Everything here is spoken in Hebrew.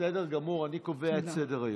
בסדר גמור, אני קובע את סדר-היום.